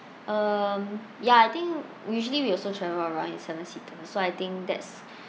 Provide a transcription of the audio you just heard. um ya I think usually we also travel around in seven seater so I think that's